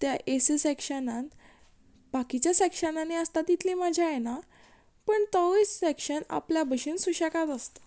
त्या A C सॅक्शनान बाकीच्या सॅक्शनानी आसता तितली मजा येना पूण तोवूय सॅक्शन आपल्या भशेन सुशेगात आसता